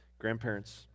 Grandparents